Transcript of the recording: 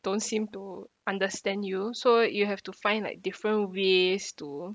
don't seem to understand you so you have to find like different ways to